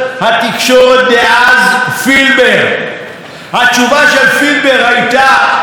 כאשר הוא מגן בחירוף נפש על ראש הממשלה ועל שאול